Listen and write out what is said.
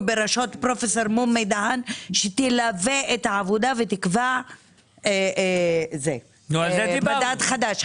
בראשות פרופ' מומי דהן שתלווה את העבודה ותקבע מדד חדש.